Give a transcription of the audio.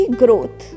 growth